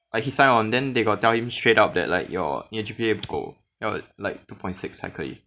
like he sign on then they got tell him straight out that like your 你的 G_P_A 不够要 like two point six 才可以